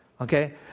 Okay